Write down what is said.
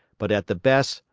but, at the best,